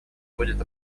будет